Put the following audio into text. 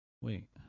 Wait